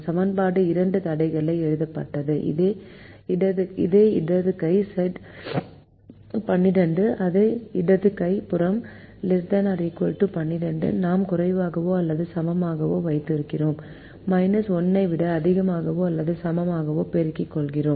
சமன்பாடு இரண்டு தடைகளாக எழுதப்பட்டது அதே இடது கை said 12 அதே இடது புறம் ≤ 12 நாம் குறைவாகவோ அல்லது சமமாகவோ வைத்திருக்கிறோம் 1 ஐ விட அதிகமாகவோ அல்லது சமமாகவோ பெருக்கிக் கொள்கிறோம்